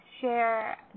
share